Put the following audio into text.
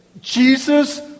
Jesus